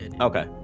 okay